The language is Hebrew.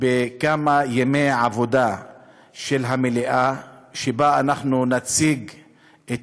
בכמה ימי עבודה של המליאה שבהם אנחנו נציג את